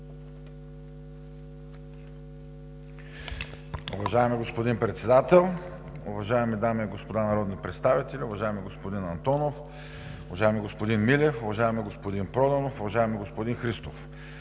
Уважаеми господин Председател, уважаеми дами и господа народни представители, уважаеми господин Антонов, уважаеми господин Милев, уважаеми господин Проданов, уважаеми господин Христов!